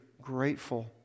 grateful